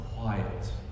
quiet